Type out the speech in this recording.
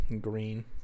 Green